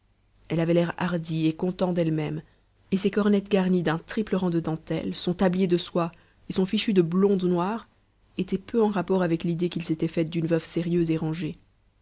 elle avait l'air hardi et content d'elle-même et ses cornettes garnies d'un triple rang de dentelle son tablier de soie et son fichu de blonde noire étaient peu en rapport avec l'idée qu'il s'était faite d'une veuve sérieuse et rangée